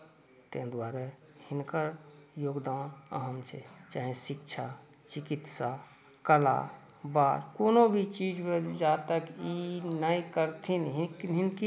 ताहि दुआरे हिनकर योगदान अहम छै चाहे शिक्षा चिकित्सा कला वा कोनो भी चीजमे जा तक ई नहि करथिन हिनके